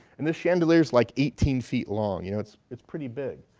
and this chandelier's like eighteen feet long, you know, it's it's pretty big.